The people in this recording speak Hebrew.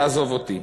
תעזוב אותי.